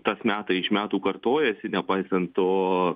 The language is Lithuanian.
tas metai iš metų kartojasi nepaisant to